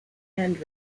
and